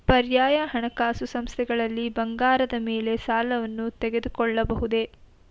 ಪರ್ಯಾಯ ಹಣಕಾಸು ಸಂಸ್ಥೆಗಳಲ್ಲಿ ಬಂಗಾರದ ಮೇಲೆ ಸಾಲವನ್ನು ತೆಗೆದುಕೊಳ್ಳಬಹುದೇ?